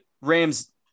Rams